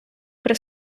при